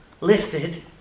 lifted